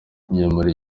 nyamara